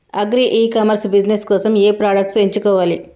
Agri e commerce business కోసము ఏ products ఎంచుకోవాలి?